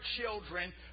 children